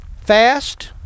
Fast